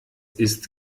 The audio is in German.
ist